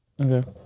Okay